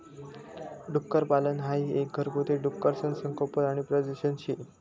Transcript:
डुक्करपालन हाई एक घरगुती डुकरसनं संगोपन आणि प्रजनन शे